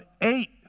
eight